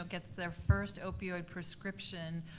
so gets their first opioid prescription,